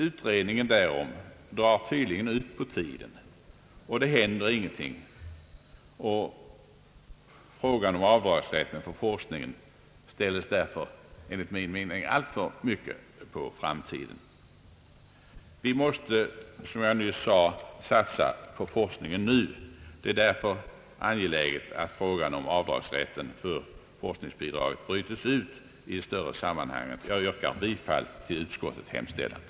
Utredningen därom drar emellertid ut på tiden, och frågan om avdragsrätten för forsknings kostnader ställes därigenom enligt min mening alltför mycket på framtiden. Vi måste, som jag nyss sade, satsa på forskningen nu. Därför är det angeläget att frågan om avdragsrätten för forskningsbidrag bryts ut ur det större sammanhanget. Jag yrkar bifall till utskottets hemställan.